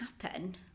happen